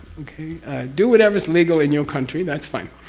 okay do whatever is legal in your country, that's fine.